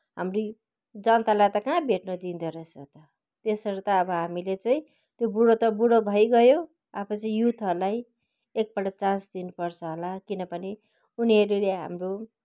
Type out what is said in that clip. हामी जनतालाई त कहाँ भेट्न दिँदोरहेछ त यसरी त अब हामीले चाहिँ त्यो बुढो त बुढो भइगयो अब चाहिँ युथहरूलाई एकपल्ट चान्स दिनुपर्छ होला किनभने उनीहरूले हाम्रो